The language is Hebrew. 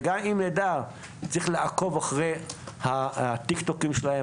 וגם צריך לעקוב אחרי הטיק-טוקים שלנו,